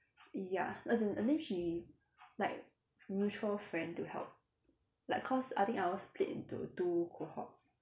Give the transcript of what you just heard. ya as in and then she like mutual friend to help like cause I think ours split into two cohorts